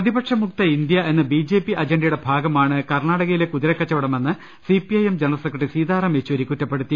പ്രതിപക്ഷ മുക്ത ഇന്ത്യ എന്ന ബിജെപി അജണ്ടയുടെ ഭാഗമാണ് കർണാടകയിലെ കുതിരക്കച്ചവടമെന്ന് CPIM general secretary Sitaram Yechury കുറ്റപ്പെടുത്തി